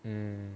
mm